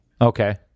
Okay